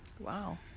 Wow